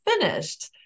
finished